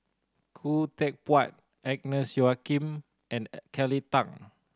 Khoo Teck Puat Agnes Joaquim and Kelly Tang